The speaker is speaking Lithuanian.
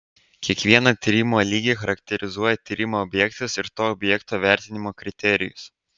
kiekvieną tyrimo lygį charakterizuoja tyrimo objektas ir to objekto vertinimo kriterijus